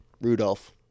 Rudolph